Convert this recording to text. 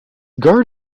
guard